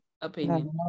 opinion